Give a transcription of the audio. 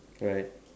right